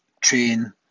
train